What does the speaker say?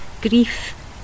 grief